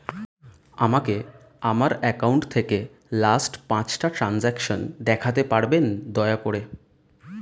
আমাকে আমার অ্যাকাউন্ট থেকে লাস্ট পাঁচটা ট্রানজেকশন দেখাতে পারবেন দয়া করে